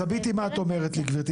אז הביטי מה את אומרת לי גברתי,